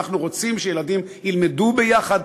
אנחנו רוצים שילדים ילמדו ביחד,